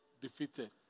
defeated